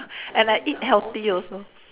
and I eat healthy also